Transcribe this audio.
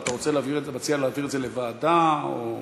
אתה מציע להעביר את זה לוועדה או,